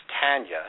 Tanya